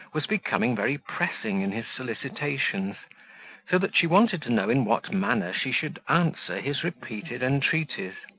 was become very pressing in his solicitations so that she wanted to know in what manner she should answer his repeated entreaties.